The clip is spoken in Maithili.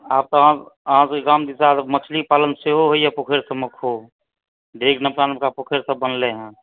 आब तऽ अहाँ अहाँ सबकेँ गाँव दिसा मछली पालन सेहो होइया पोखरि सबमे खूब ढेर नबका नबका पोखरि सब बनलै हँ